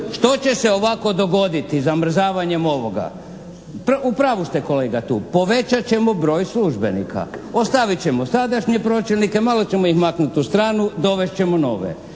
Što će se ovako dogoditi zamrzavanjem ovoga? U pravu ste kolega tu, povećat ćemo broj službenika. Ostavit ćemo sadašnje pročelnike, malo ćemo ih maknuti u stranu, dovest ćemo nove.